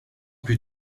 plus